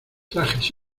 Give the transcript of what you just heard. trajes